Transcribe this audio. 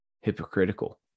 hypocritical